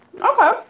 okay